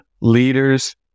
leaders